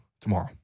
tomorrow